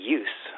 use